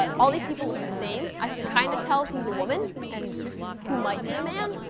all these people look the same. i can kind of tell who's a woman and who might be a man,